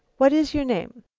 what is your name?